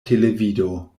televido